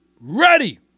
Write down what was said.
ready